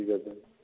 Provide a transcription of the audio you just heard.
ঠিক আছে